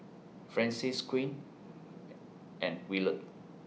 Francis Quinn and Willard